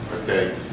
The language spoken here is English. okay